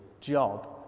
job